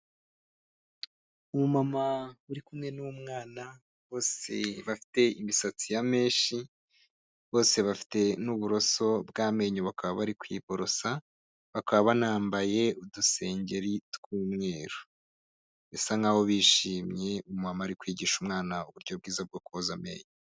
Umumama uri kumwe n'umwana bose bafite imisatsi ya menshi, bose bafite n'uburoso bw'amenyo bakaba bari kwiborosa bakaba banambaye udusengeri tw'umweru bisa nk'aho bishimye umumama ari ari kwigisha umwana uburyo bwiza bwo koza amenyo.